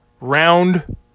round